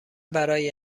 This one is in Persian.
برای